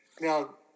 Now